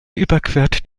überquert